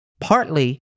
partly